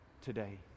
today